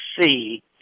see